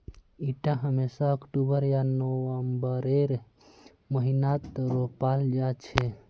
इटा हमेशा अक्टूबर या नवंबरेर महीनात रोपाल जा छे